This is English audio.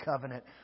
covenant